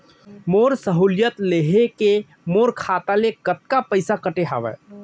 मोर सहुलियत लेहे के मोर खाता ले कतका पइसा कटे हवये?